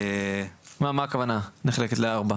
מה הכוונה, נחלקת לארבע?